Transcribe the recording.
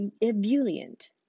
ebullient